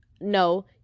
No